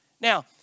Now